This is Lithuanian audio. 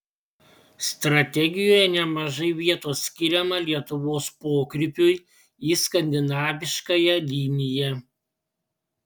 strategijoje nemažai vietos skiriama lietuvos pokrypiui į skandinaviškąją liniją